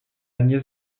nièce